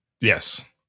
Yes